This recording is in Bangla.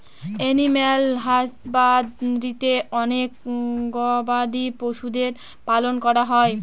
এনিম্যাল হাসবাদরীতে অনেক গবাদি পশুদের পালন করা হয়